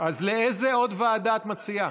לאיזו עוד ועדה את מציעה?